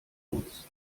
uns